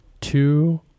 two